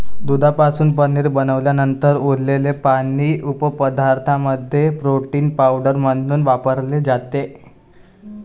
दुधापासून पनीर बनवल्यानंतर उरलेले पाणी उपपदार्थांमध्ये प्रोटीन पावडर म्हणून वापरले जाते